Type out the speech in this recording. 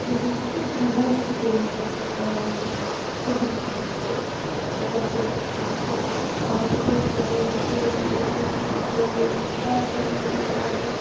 مےٚ ہیٚوک نہٕ سُہ بَرداشی کٔرِتھ سُہ آب تیوتاہ سُہ گَژھہِ نہٕ مےٚ سُہ وَقت مٔشِت کیٚنٛہہ مَزٕ کوٚر ساری سٲری لٔڑکہٕ کورِ وارِیاہ وارِیاہ مَزٕ